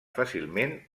fàcilment